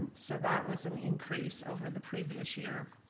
so that was an increase over the previous year.